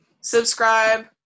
subscribe